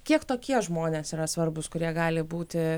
kiek tokie žmonės yra svarbūs kurie gali būti